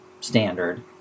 standard